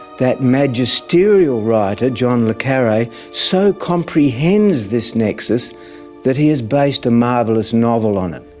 that magisterial writer john le carre so comprehends this nexus that he has based a marvellous novel on it.